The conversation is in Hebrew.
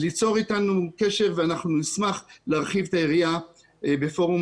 ליצור אתנו קשר ואנחנו נשמח להרחיב את היריעה בפורום